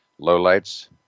lowlights